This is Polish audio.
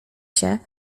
się